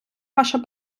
ваше